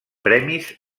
premis